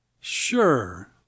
Sure